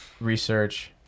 research